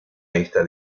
esta